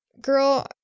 Girl